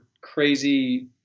crazy